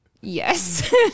Yes